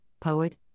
poet